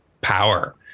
power